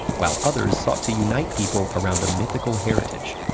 while others sought to unite people around a mythical heritage.